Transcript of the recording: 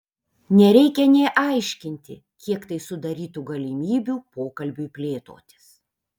nereikia nė aiškinti kiek tai sudarytų galimybių pokalbiui plėtotis